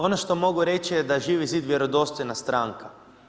Ono što mogu reći je da je Živi zid vjerodostojna stranka.